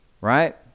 right